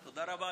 תודה רבה לך.